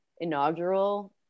inaugural